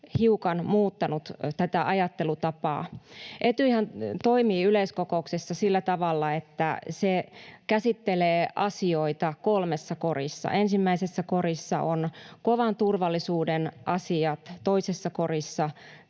hiukan muuttanut tätä ajattelutapaa. Etyjhän toimii yleiskokouksissa sillä tavalla, että se käsittelee asioita kolmessa korissa. Ensimmäisessä korissa ovat kovan turvallisuuden asiat, toisessa korissa